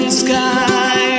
sky